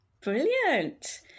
Brilliant